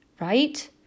Right